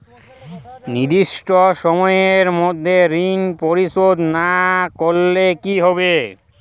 নির্দিষ্ট সময়ে মধ্যে ঋণ পরিশোধ না করলে কি হবে?